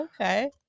Okay